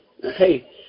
hey